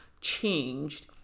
changed